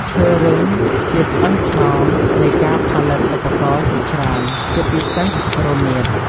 ឈើរឹង ជាឆ្អឹងខ្នងនៃការផលិតឧបករណ៍ជាច្រើន ជាពិសេសរនាត។